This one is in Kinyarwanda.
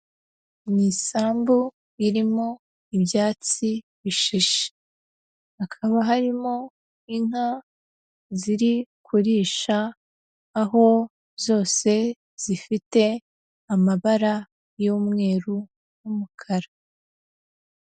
Ni isambu irimo ibyatsi bishishe, hakaba harimo inka ziri kurisha, aho zose zifite amabara y'umweru n'umukara.